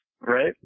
Right